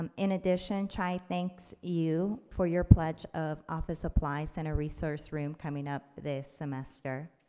and in addition, chai thanks you for your pledge of office supplies and a resource room coming up this semester.